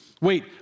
Wait